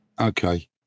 Okay